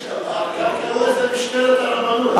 לזה "משטרת הרבנות".